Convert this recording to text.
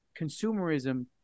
consumerism